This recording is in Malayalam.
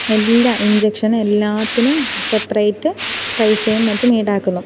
എല്ലാ ഇൻജക്ഷനും എല്ലാറ്റിനും സെപ്പറേറ്റ് പൈസയും മറ്റും ഈടാക്കുന്നു